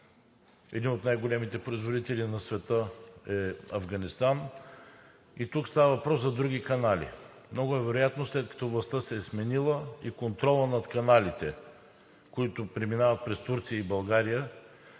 един от най-големите производители на света е Афганистан и тук става въпрос за други канали. Много е вероятно, след като властта се е сменила, и контролът над каналите, които преминават през Турция и България,